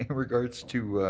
and regards to